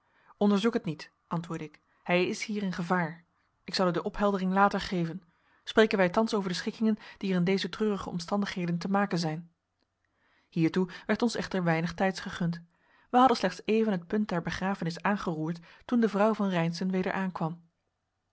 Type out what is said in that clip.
onderzoek het niet antwoordde ik hij is hier in gevaar ik zal u de opheldering later geven spreken wij thans over de schikkingen die er in deze treurige omstandigheden te maken zijn hiertoe werd ons echter weinig tijds gegund wij hadden slechts even het punt der begrafenis aangeroerd toen de vrouw van reynszen weder aankwam